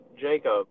Jacob